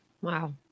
Wow